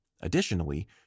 Additionally